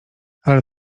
ale